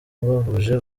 bahuje